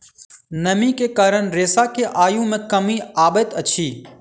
नमी के कारण रेशा के आयु मे कमी अबैत अछि